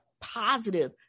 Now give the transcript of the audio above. positive